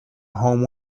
home